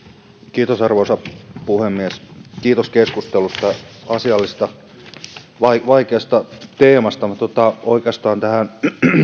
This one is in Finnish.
kiitos arvoisa puhemies kiitos asiallisesta keskustelusta vaikeasta teemasta oikeastaan tähän